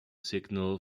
signal